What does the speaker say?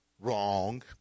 wrong